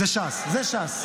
זה ש"ס, זה ש"ס.